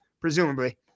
presumably